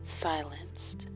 Silenced